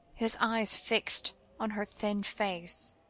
his eyes fixed on her thin face,